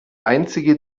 einzige